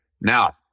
Now